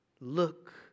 Look